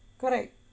correct